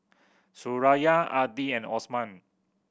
Suraya Adi and Osman